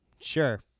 Sure